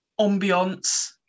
ambiance